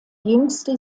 jüngste